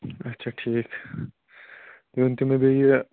اچھا ٹھیٖک تُہۍ ؤنۍتو مےٚ بیٚیہِ یہِ